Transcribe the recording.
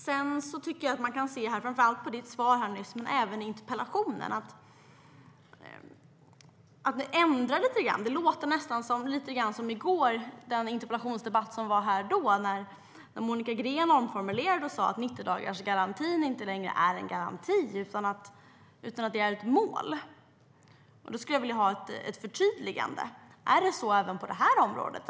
Jag tyckte mig höra att ni ändrar er lite grann, framför allt i statsrådets inlägg nyss, men även i interpellationssvaret. Det låter nästan lite grann som i den interpellationsdebatt då Monica Green omformulerade 90-dagarsgarantin och sade att den inte längre är en garanti utan ett mål. Jag skulle vilja ha ett förtydligande. Är det så även på det här området?